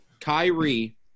Kyrie